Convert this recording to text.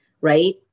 right